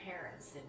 parents